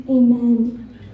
Amen